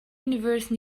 universe